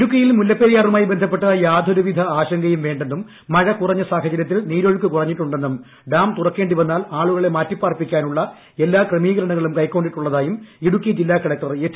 ഇടുക്കിയിൽ മുല്ലപ്പെരിയാറുമായി ബന്ധപ്പെട്ട് യാതൊരുവിധ ആശങ്കയും വേണ്ടെന്നും മഴ കുറഞ്ഞ സാഹചര്യത്തിൽ നീരൊഴുക്കു കുറഞ്ഞിട്ടുണ്ടെന്നും ഡാം തുറക്കേണ്ടി വന്നാൽ ആളുകളെ മാറ്റിപ്പാർപ്പിക്കാനുള്ള എല്ലാ ക്രമീകരണങ്ങളും കൈക്കൊണ്ടിട്ടുള്ളതായും ഇടുക്കി ജില്ലാ കളക്ടർ എച്ച്